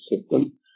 system